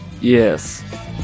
Yes